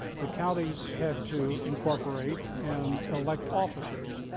the counties had to incorporate and elect officers.